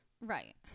Right